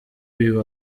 uyu